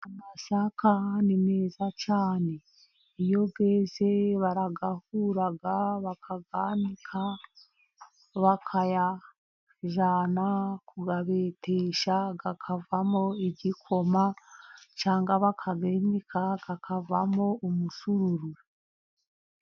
Amasaka ni meza cyane iyo yeze barayahura, bakayanika, bakayajyana kuyabetesha akavamo igikoma cyangwa bakayinika akakavamo umusururu.